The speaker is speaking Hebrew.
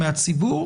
מהציבור,